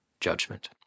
judgment